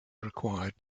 required